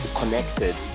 connected